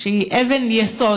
שהיא אבן יסוד.